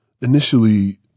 Initially